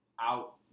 out